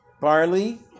barley